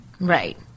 Right